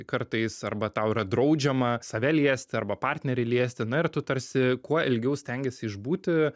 kartais arba tau yra draudžiama save liesti arba partnerį liesti na ir tu tarsi kuo ilgiau stengiesi išbūti